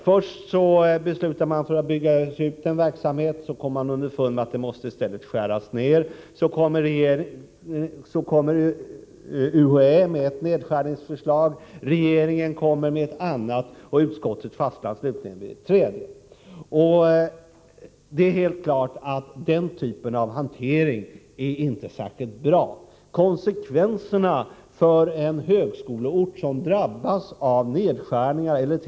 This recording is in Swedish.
Först beslutade man att bygga ut en verksamhet, sedan kom man underfund med att den i stället måste skäras ned. UHÄ kom med ett nedskärningsförslag, regeringen kom med ett annat och utskottet fastnade slutligen för ett tredje. Det är helt klart att den typen av hantering inte är särskilt bra. Konsekvenserna för en högskoleort som drabbas av nedskärningar eller t.